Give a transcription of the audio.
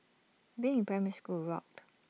being in primary school rocked